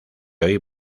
hoy